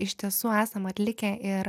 iš tiesų esam atlikę ir